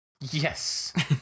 Yes